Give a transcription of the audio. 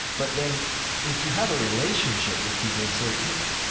but then if you have a relationship with people and say, look,